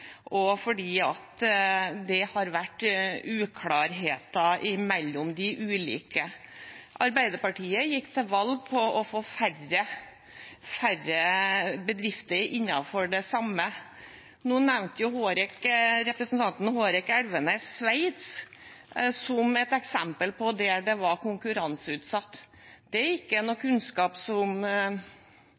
og fordi det har vært uklarheter mellom de ulike. Arbeiderpartiet gikk til valg på å få færre bedrifter innenfor det samme. Nå nevnte representanten Hårek Elvenes Sveits som et eksempel på et land der jernbanen var konkurranseutsatt. Det er ikke en kunnskap som